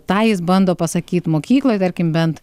tą jis bando pasakyt mokykloj tarkim bent